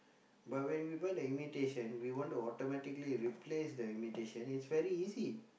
but when we buy the imitation we want to automatically replace the imitation is very easy